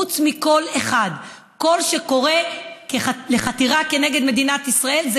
חוץ מקול אחד: קול שקורא לחתירה כנגד מדינת ישראל.